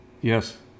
Yes